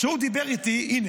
הינה,